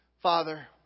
Father